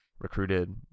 recruited